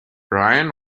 ryan